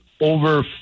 over